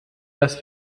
das